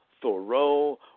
Thoreau